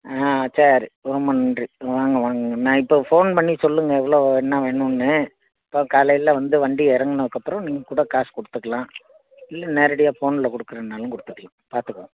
ஆ சரி ரொம்ப நன்றி வாங்க வாங்க நான் இப்போ ஃபோன் பண்ணி சொல்லுங்கள் எவ்வளோ என்ன வேணும்னு ப காலையில் வந்து வண்டி இறங்குனதுக்கப்பறம் நீங்கள் கூட காசு கொடுத்துக்கலாம் இல்லை நேரடியாக ஃபோனில் கொடுக்கறனாலும் கொடுத்துக்கலாம் பார்த்துக்கலாம்